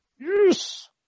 yes